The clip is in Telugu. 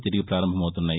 తిరిగి పారంభమవుతున్నాయి